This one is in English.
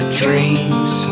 dreams